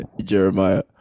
Jeremiah